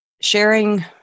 sharing